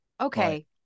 okay